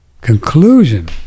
conclusion